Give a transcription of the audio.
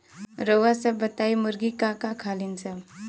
रउआ सभ बताई मुर्गी का का खालीन सब?